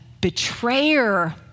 betrayer